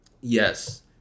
Yes